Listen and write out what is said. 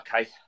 Okay